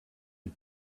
you